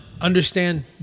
understand